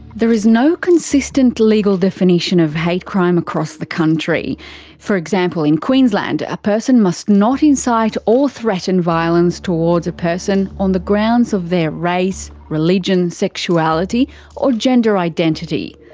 there is no consistent legal definition of hate crime across the country for example in queensland a person must not incite or threaten violence towards a person on the grounds of their race, religion, sexuality or gender identity.